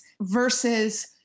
versus